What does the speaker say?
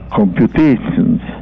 computations